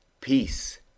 Peace